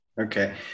Okay